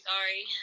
Sorry